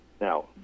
Now